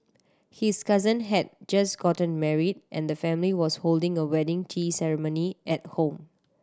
his cousin had just gotten married and the family was holding a wedding tea ceremony at home